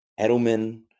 Edelman